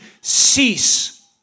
cease